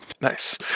Nice